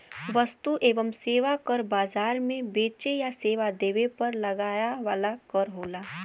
वस्तु एवं सेवा कर बाजार में बेचे या सेवा देवे पर लगाया वाला कर होला